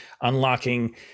unlocking